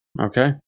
Okay